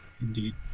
Indeed